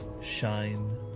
shine